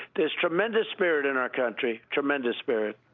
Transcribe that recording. there's tremendous spirit in our country, tremendous spirit.